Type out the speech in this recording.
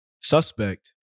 suspect